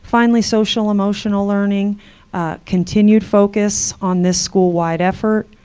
finally social emotional learning continued focus on this school-wide effort,